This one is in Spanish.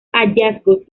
hallazgos